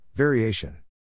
Variation